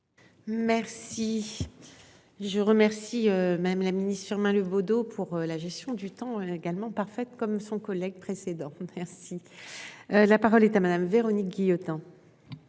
Merci. Je remercie même la ministre Firmin Le Bodo, pour la gestion du temps également parfaite comme son collègue précédent. Merci. La parole est à madame Véronique Guillotin.